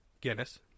Guinness